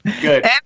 Good